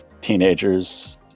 teenagers